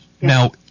Now